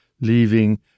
leaving